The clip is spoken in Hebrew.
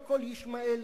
לא קול ישמעאל,